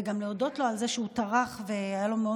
וגם להודות לו על זה שהוא טרח והיה לו מאוד